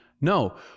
No